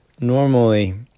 Normally